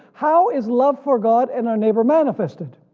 how is love for god and our neighbor manifested?